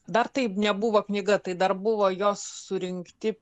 dar tai nebuvo knyga tai dar buvo jos surinkti